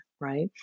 right